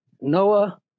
Noah